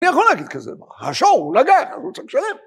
‫אני יכול להגיד כזה דבר. ‫השור, הוא נגח, אז הוא צריך לשלם.